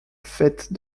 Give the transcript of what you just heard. fête